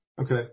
Okay